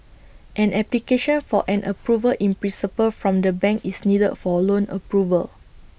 an application for an approval in principle from the bank is needed for loan approval